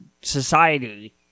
society